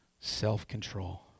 Self-control